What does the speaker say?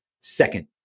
second